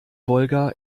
wolga